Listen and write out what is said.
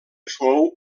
fou